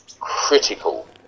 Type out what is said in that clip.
critical